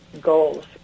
goals